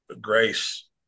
grace